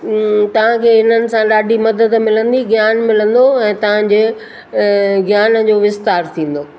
तव्हांखे हिननि सां ॾाढी मदद मिलंदी ज्ञानु मिलंदो ऐं तव्हांजे ज्ञान जो विस्तारु थींदो